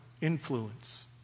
influence